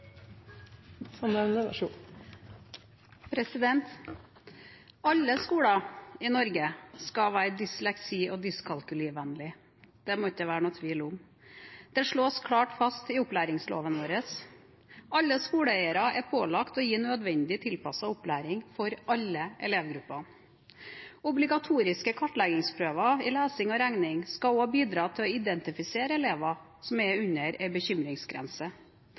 Alle skoler i Norge skal være dysleksi- og dyskalkulivennlige – det må det ikke være noen tvil om. Det slås klart fast i opplæringsloven. Alle skoleeiere er pålagt å gi nødvendig tilpasset opplæring for alle elevgrupper. Obligatoriske kartleggingsprøver i lesing og regning skal også bidra til å identifisere elever som er under en bekymringsgrense.